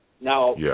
Now